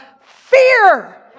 fear